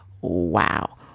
Wow